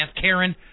Karen